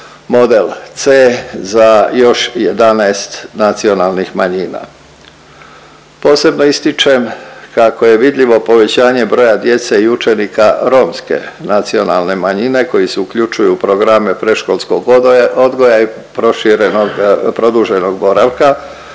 model C za još 11 nacionalnih manjina. Posebno ističem kako je vidljivo povećanje broja djece i učenika Romske nacionalne manjine koji se uključuju u programe predškolskog odgoja i proširenog, produženog boravka